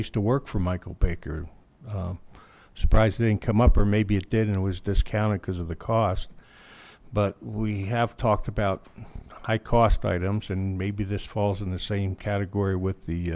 used to work for michael baker surprised didn't come up or maybe it did and it was discounted because of the cost but we have talked about high cost items and maybe this falls in the same category with the